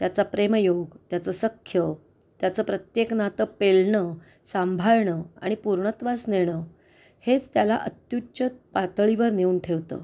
त्याचा प्रेमयोग त्याचं सख्य त्याचं प्रत्येक नातं पेलणं सांभाळणं आणि पूर्णत्वास नेणं हेच त्याला अत्युच्च पातळीवर नेऊन ठेवतं